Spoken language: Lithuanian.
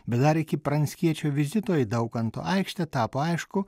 bet dar iki pranckiečio vizito į daukanto aikštę tapo aišku